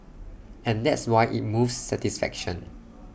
and that's why IT moves satisfaction